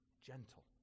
gentle